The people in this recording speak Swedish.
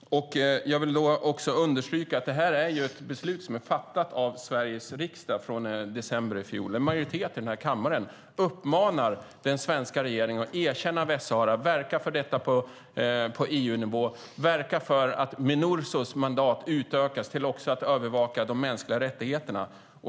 Jag vill också understryka att detta är ett beslut som är fattat av Sveriges riksdag i december i fjol, då en majoritet av kammaren uppmanade den svenska regeringen att erkänna Västsahara, verka för detta på EU-nivå och verka för att Minursos mandat utökas till att också gälla övervakning av de mänskliga rättigheterna.